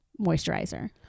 moisturizer